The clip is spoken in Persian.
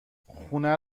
خونه